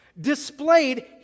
displayed